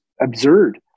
absurd